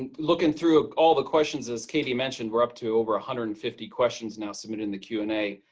and looking through ah all the questions, as katie mentioned, we're up to over one hundred and fifty questions now submitted in the q and a.